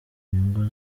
nyungu